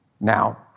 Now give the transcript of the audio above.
Now